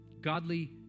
godly